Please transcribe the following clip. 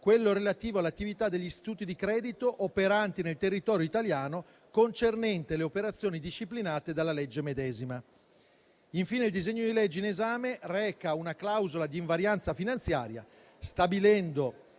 quello relativo all'attività degli istituti di credito operanti nel territorio italiano, concernente le operazioni disciplinate dalla legge medesima. Infine il disegno di legge in esame reca una clausola di invarianza finanziaria, stabilendo